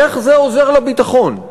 איך זה עוזר לביטחון?